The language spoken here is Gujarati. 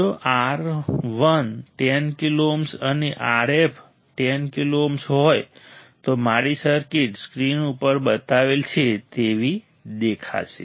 જો RI10 કિલો ઓહ્મ અને Rf 10 કિલો ઓહ્મ હોય તો મારી સર્કિટ સ્ક્રીન ઉપર બતાવેલ છે તેવી દેખાશે